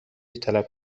طلب